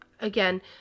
again